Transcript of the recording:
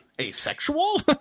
Asexual